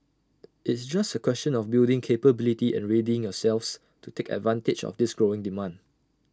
it's just A question of building capability and readying yourselves to take advantage of this growing demand